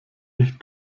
nicht